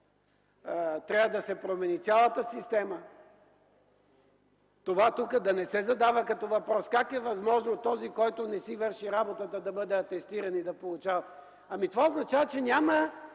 Трябва да се промени цялата система, това тук да не се задава като въпрос. Как е възможно този, който не си върши работата, да бъде атестиран и да получава? Това означава, че няма